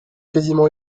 quasiment